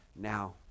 now